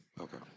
Okay